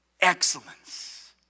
excellence